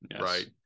right